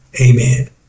Amen